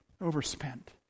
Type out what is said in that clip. overspent